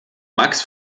max